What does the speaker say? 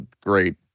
great